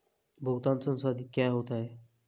भुगतान संसाधित क्या होता है?